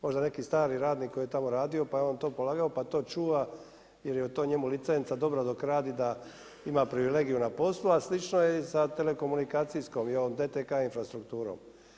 Možda neki stari radnik koji je tamo radio pa je on to polagao, pa to čuva jer je to njemu licenca dobro dok radi da ima privilegiju na poslu, a slično je i sa telekomunikacijskom i ovom DTK infrastrukturom.